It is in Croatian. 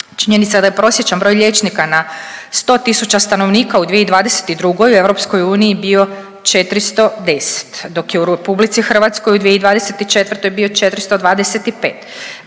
Činjenica da je prosječan broj liječnika na 100 tisuća stanovnika u 2022. u EU bio 410, dok je u RH u 2024. bio 425,